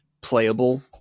playable